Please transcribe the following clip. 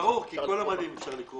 ברור, כי כל המדים אפשר לקרוא.